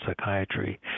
psychiatry